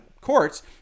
courts